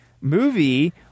movie